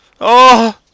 Oh